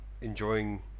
enjoying